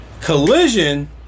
Collision